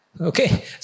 Okay